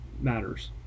matters